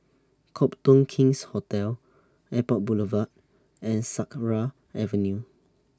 Copthorne King's Hotel Airport Boulevard and Sakra Avenue